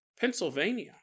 Pennsylvania